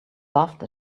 laughed